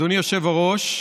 אדוני היושב-ראש,